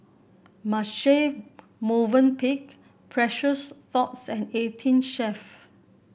Marche Movenpick Precious Thots and Eighteen Chef